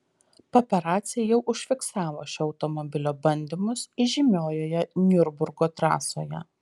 paparaciai jau užfiksavo šio automobilio bandymus įžymiojoje niurburgo trasoje